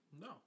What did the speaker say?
No